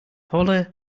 paula